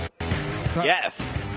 Yes